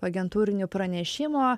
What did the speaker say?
agentūrinių pranešimų